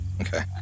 Okay